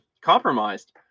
compromised